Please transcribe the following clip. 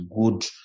good